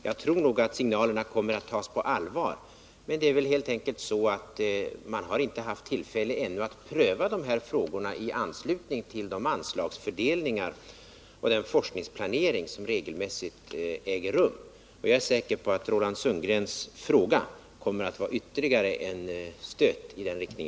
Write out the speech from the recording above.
Jag tror att signalerna kommer att tas på allvar, men det är väl helt enkelt så att man inte haft tillfälle att pröva dessa frågor i anslutning till de anslagsfördelningar och den forskningsplanering som regelmässigt äger rum. Jag är säker på att Roland Sundgrens fråga kommer att vara ytterligare en stöt i rätt riktning.